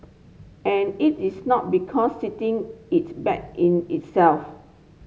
and it is not because sitting is bad in itself